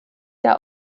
der